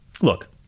Look